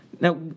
Now